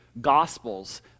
gospels